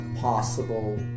possible